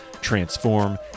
transform